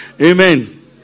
amen